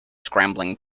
scrambling